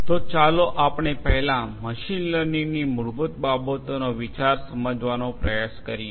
તેથી ચાલો પહેલા આપણે મશીન લર્નિંગની મૂળભૂત બાબતોના વિચારો સમજવાનો પ્રયાસ કરીએ